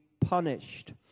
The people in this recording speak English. Punished